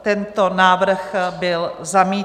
Tento návrh byl zamítnut.